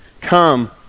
come